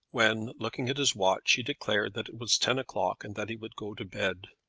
when looking at his watch he declared that it was ten o'clock, and that he would go to bed.